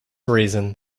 reason